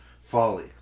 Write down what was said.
folly